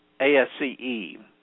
ASCE